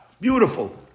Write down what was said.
beautiful